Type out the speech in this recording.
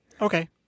Okay